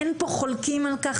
אין פה חולקים על כך,